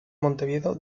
montevideo